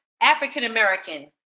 African-American